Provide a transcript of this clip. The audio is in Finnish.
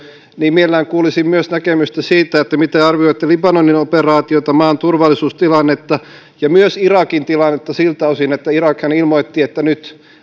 mielelläni kuulisin myös näkemystä siitä miten arvioitte libanonin operaatiota maan turvallisuustilannetta ja myös irakin tilannetta siltä osin että irakhan ilmoitti että nyt